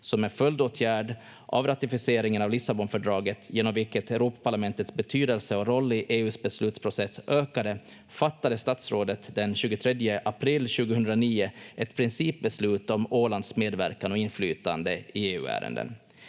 Som en följdåtgärd av ratificeringen av Lissabonfördraget, genom vilket Europaparlamentets betydelse och roll i EU:s beslutsprocess ökade, fattade statsrådet den 23 april 2009 ett principbeslut om Ålands medverkan och inflytande i EU-ärenden.